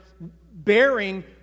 bearing